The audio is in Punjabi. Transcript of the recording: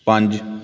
ਪੰਜ